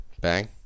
Bang